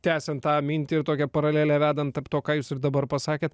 tęsiant tą mintį ir tokią paralelę vedant tarp to ką jūs ir dabar pasakėt